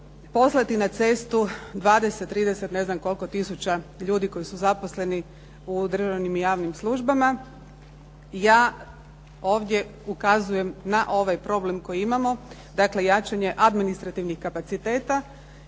poslati na cestu 20, 30 ne znam koliko tisuća ljudi koji su zaposleni u državnim i javnim službama. Ja ovdje ukazujem na ovaj problem koji imamo, dakle jačanje administrativnih kapaciteta